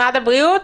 משרד הבריאות?